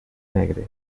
negres